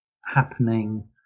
happening